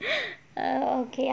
okay I oh